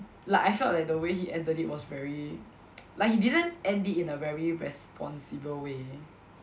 like I felt like the way he ended it was very like he didn't end it in a very responsible way